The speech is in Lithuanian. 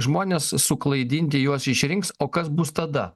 žmonės suklaidinti juos išrinks o kas bus tada